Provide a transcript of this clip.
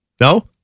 No